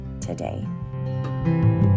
today